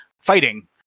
fighting